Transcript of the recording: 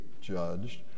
Judged